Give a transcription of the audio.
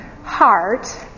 Heart